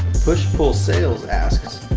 push pull sales asks,